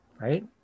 right